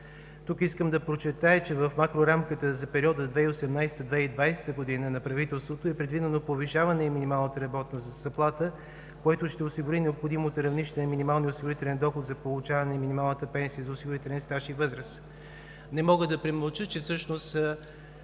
Тук искам да подчертая, че в макрорамката за периода 2018 – 2020 г. на правителството е предвидено повишаване на минималната работна заплата, което ще осигури необходимото равнище на минималния осигурителен доход за получаване на минималната пенсия за осигурителен стаж и възраст. Не мога да премълча, че всъщност